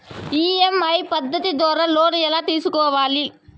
EMI పద్ధతి ద్వారా loan ఎలా తీసుకోవాలి